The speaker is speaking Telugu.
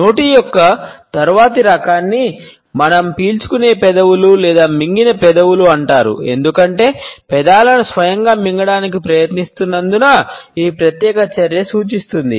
నోటి యొక్క తరువాతి రకాన్ని మనం పీల్చుకునే పెదవులు లేదా మింగిన పెదవులు అంటారు ఎందుకంటే పెదాలను స్వయంగా మింగడానికి ప్రయత్నిస్తున్నందున ఈ ప్రత్యేక చర్య సూచిస్తుంది